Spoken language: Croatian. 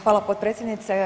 Hvala potpredsjednice.